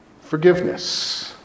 Forgiveness